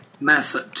method